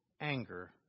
anger